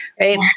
Right